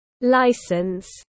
license